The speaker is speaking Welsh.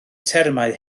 termau